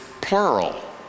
plural